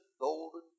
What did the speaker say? golden